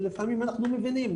ולפעמים אנחנו מבינים,